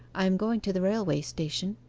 i am going to the railway-station